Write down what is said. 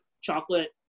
chocolate